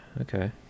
okay